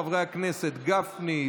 חברי הכנסת משה גפני,